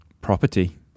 property